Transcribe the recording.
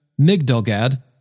Migdalgad